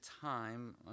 time